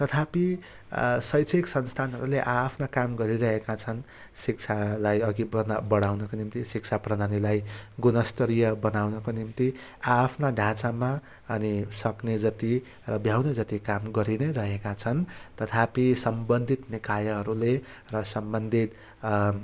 तथापि शैक्षिक संस्थानहरूले आआफ्ना काम गरिरहेका छन् शिक्षालाई अघि बढाउनको निम्ति शिक्षा प्रणालीलाई गुणस्तरीय बनाउनको निम्ति आआफ्ना ढाँचामा उनीहरूले सक्ने जति भ्याउने जति काम गरी नै रहेका छन् तथापि सम्बन्धित निकायहरूले र सम्बन्धित